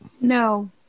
no